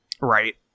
Right